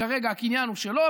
כרגע הקניין הוא שלו,